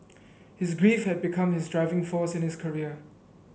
his grief had become his driving force in his career